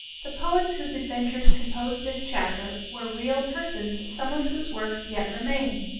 the poets whose adventures compose this chapter were real persons some of whose works yet remain,